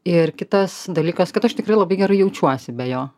ir kitas dalykas kad aš tikrai labai gerai jaučiuosi be jo